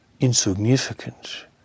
insignificant